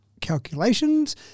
calculations